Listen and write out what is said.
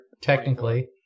technically